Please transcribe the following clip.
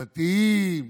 דתיים,